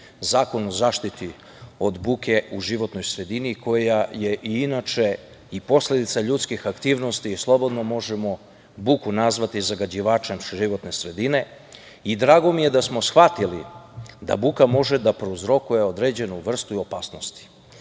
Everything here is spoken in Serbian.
Zakon o zaštiti od buke u životnoj sredini, koja je inače i posledica ljudskih aktivnosti i slobodno možemo buku nazvati zagađivačem životne sredine. Drago mi je da smo shvatili da buka može da prouzrokuje određenu vrstu opasnosti.